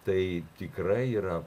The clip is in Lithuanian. tai tikrai yra